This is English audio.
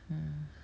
mm